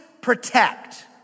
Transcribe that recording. protect